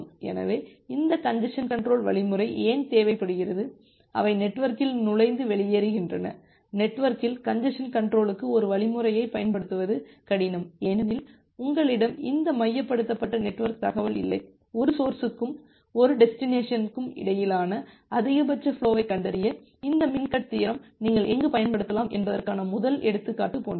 எனவே இந்த congestion control வழிமுறை ஏன் தேவைப்படுகிறது அவை நெட்வொர்க்கில் நுழைந்து வெளியேறுகின்றன நெட்வொர்க்கில் கஞ்ஜசன் கன்ட்ரோல்க்கு ஒரு வழிமுறையைப் பயன்படுத்துவது கடினம் ஏனெனில் உங்களிடம் இந்த மையப்படுத்தப்பட்ட நெட்வொர்க் தகவல் இல்லை ஒரு சோர்ஸ்ற்கும் ஒரு டெஸ்டினேசனிற்கும் இடையிலான அதிகபட்ச ஃபுலோவைக் கண்டறிய இந்த மின் கட் தியரம் நீங்கள் எங்கு பயன்படுத்தலாம் என்பதற்கான முதல் எடுத்துக்காட்டு போன்றது